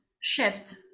shift